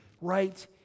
right